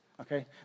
okay